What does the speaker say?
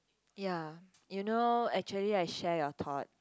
ya you know actually I shared you thought